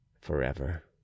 forever